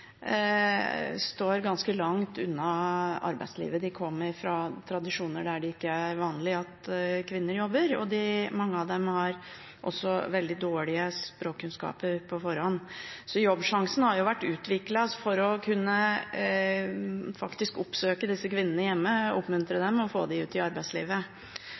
står ganske langt unna arbeidslivet. De kommer fra tradisjoner der det ikke er vanlig at kvinner jobber, og mange av dem har også veldig dårlige språkkunnskaper på forhånd. Jobbsjansen har vært utviklet for faktisk å kunne oppsøke disse kvinnene hjemme, oppmuntre dem og få dem ut i arbeidslivet.